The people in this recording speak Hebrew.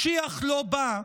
// משיח לא בא,